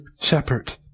shepherd